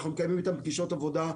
אנחנו מקיימים איתם פגישות עבודה,